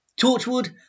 Torchwood